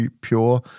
pure